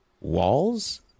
walls